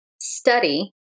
study